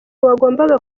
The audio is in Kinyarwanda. wagombaga